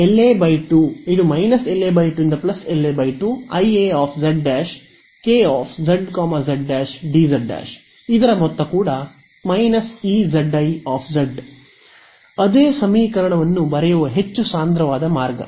LA 2∫ LA 2 IA z ' K z z' dz ' Ezi ಅದೇ ಸಮೀಕರಣವನ್ನು ಬರೆಯುವ ಹೆಚ್ಚು ಸಾಂದ್ರವಾದ ಮಾರ್ಗ